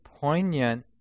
poignant